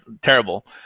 terrible